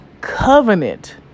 covenant